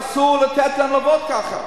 אסור לתת להם לעבוד כך.